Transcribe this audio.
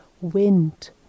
Wind